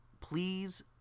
please